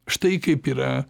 štai kaip yra